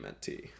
mentee